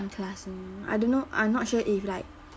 class only I don't know I'm not sure if like